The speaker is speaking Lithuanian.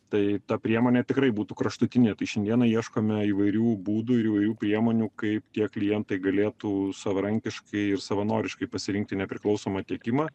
tai ta priemonė tikrai būtų kraštutinė tai šiandieną ieškome įvairių būdų ir įvairių priemonių kaip tie klientai galėtų savarankiškai ir savanoriškai pasirinkti nepriklausomą tiekimą